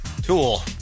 Tool